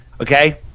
Okay